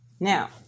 Now